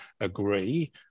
agree